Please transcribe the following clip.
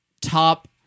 top